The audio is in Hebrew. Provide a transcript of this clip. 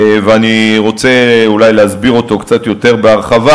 ואני רוצה אולי להסביר אותו קצת יותר בהרחבה,